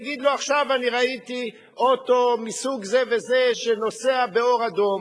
יגיד לו: עכשיו אני ראיתי אוטו מסוג זה וזה שנוסע באור אדום.